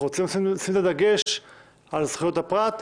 אנחנו רוצים לשים את הדגש על זכויות הפרט,